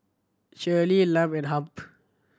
Shaylee Lum and Hamp